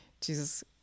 Jesus